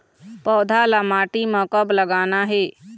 पौधा ला माटी म कब लगाना हे?